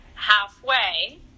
halfway